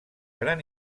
gran